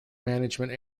management